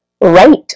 right